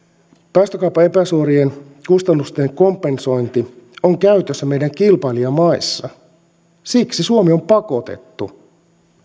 päästökaupan epäsuorien kustannusten kompensointi on käytössä meidän kilpailijamaissa siksi suomi on pakotettu